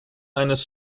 eines